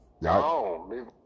No